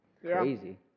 Crazy